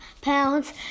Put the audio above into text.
pounds